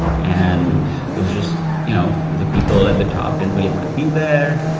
and it was just you know the people at the top didn't really want to be there.